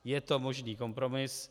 Je to možný kompromis.